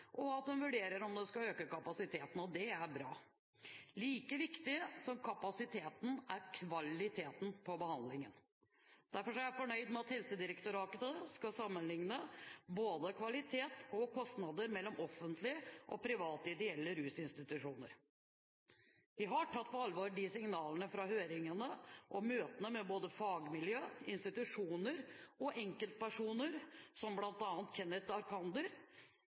og at de vurderer om de skal øke kapasiteten. Det er bra. Like viktig som kapasiteten er kvaliteten på behandlingen. Derfor er jeg fornøyd med at Helsedirektoratet skal sammenlikne både kvalitet og kostnader mellom offentlige og private/ideelle rusinstitusjoner. Vi har tatt på alvor signalene fra høringene og fra møter med både fagmiljø, institusjoner og enkeltpersoner, som